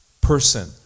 person